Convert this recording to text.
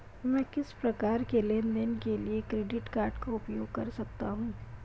मैं किस प्रकार के लेनदेन के लिए क्रेडिट कार्ड का उपयोग कर सकता हूं?